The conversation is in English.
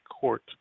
court